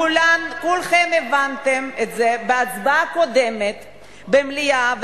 כולכם הבנתם את זה בהצבעה הקודמת במליאה,